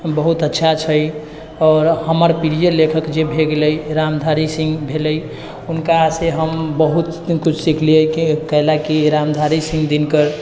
बहुत अच्छा छै आओर हमर प्रिय लेखक जे भऽ गेलै रामधारी सिंह भेलै हुनकासँ हम बहुत किछु सिखलिए कियाकि रामधारी सिंह दिनकर